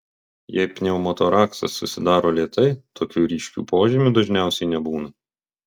jei pneumotoraksas susidaro lėtai tokių ryškių požymių dažniausiai nebūna